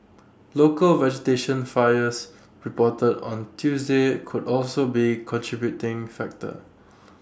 local vegetation fires reported on Tuesday could also be contributing factor